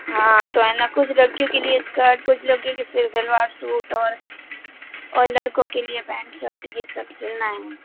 हाँ तो है ना कुछ लड़कियों के लिए स्कर्ट कुछ लोग के फिर सलवार सूट और और लड़कों के लिए पैन्ट शर्ट ये सब सिलाना है